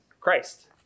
Christ